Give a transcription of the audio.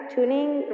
Tuning